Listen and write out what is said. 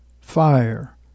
fire